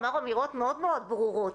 אמר אמירות מאוד מאוד ברורות,